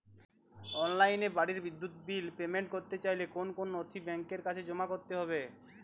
অনলাইনে বাড়ির বিদ্যুৎ বিল পেমেন্ট করতে চাইলে কোন কোন নথি ব্যাংকের কাছে জমা করতে হবে?